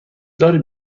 دارید